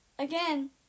Again